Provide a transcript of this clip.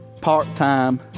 part-time